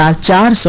ah john so